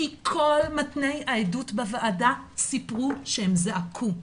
כי כל מתני העדות בוועדה סיפרו שהם זעקו,